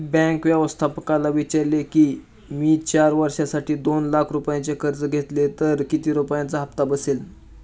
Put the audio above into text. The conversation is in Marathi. बँक व्यवस्थापकाला विचारले किती की, मी चार वर्षांसाठी दोन लाख रुपयांचे कर्ज घेतले तर किती रुपयांचा हप्ता बसेल